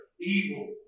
evil